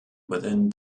within